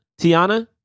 Tiana